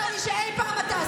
יותר משאי פעם את תעשי.